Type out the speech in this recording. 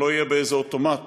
שלא יהיה איזה אוטומט